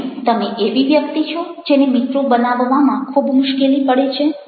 શું તમે એવી વ્યક્તિ છો જેને મિત્રો બનાવવામાં ખૂબ મુશ્કેલી પડે છે